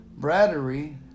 brattery